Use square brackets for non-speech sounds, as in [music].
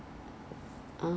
free parking what [laughs]